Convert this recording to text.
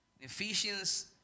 Ephesians